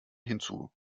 hinzu